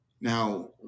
Now